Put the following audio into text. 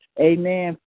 amen